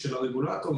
של הרגולטור,